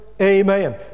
Amen